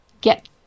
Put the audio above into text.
get